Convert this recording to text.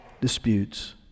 disputes